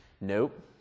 Nope